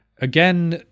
Again